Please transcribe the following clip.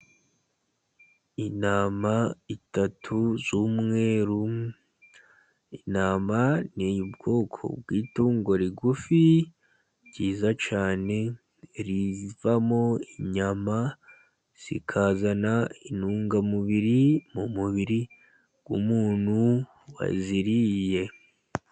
Intama eshatu z'umweru, intama ni ubwoko bw'itungo rigufi ryiza cyane, rivamo inyama, zikazana intungamubiri, mu mubiri w'umuntu waziriye.